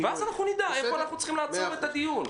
ואז אנחנו נדע איפה צריך לעצור את הדיון.